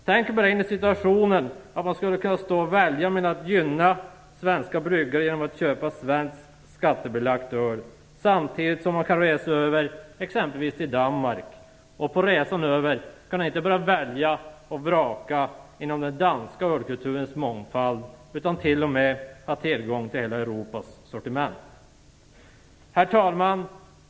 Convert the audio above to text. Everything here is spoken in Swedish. Tänk er bara in i situationen att man skulle kunna stå och välja mellan att gynna svenska bryggare genom att köpa svenskt skattebelagt öl och att resa över till exempelvis Danmark och på resan över kunna välja och vraka inte bara inom den danska ölkulturens mångfald utan t.o.m. ha tillgång till hela Herr talman!